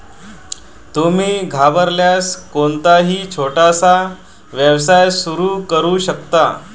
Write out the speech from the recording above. तुम्ही घरबसल्या कोणताही छोटासा व्यवसाय सुरू करू शकता